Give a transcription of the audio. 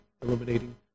illuminating